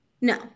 No